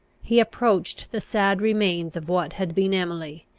he approached the sad remains of what had been emily,